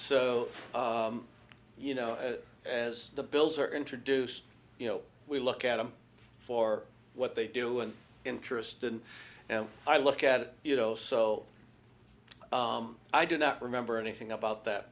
o you know as the bills are introduced you know we look at them for what they do and interest and now i look at it you know so i do not remember anything about that